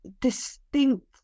distinct